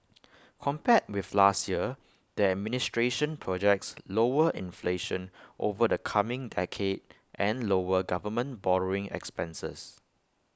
compared with last year the administration projects lower inflation over the coming decade and lower government borrowing expenses